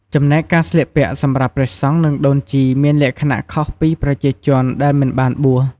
ចំណែកការស្លៀកពាក់សម្រាប់ព្រះសង្ឃនិងដូនជីមានលក្ខណះខុសពីប្រជាជនដែលមិនបានបួស ។